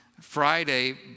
Friday